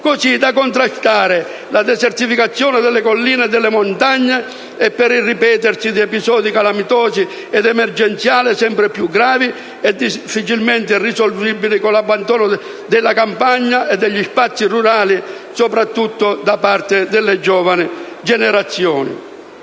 così da contrastare la desertificazione delle colline e delle montagne per il ripetersi di episodi calamitosi ed emergenziali sempre più gravi e difficilmente risolvibili con l'abbandono della campagna e degli spazi rurali, soprattutto da parte delle giovani generazioni.